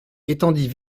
étendit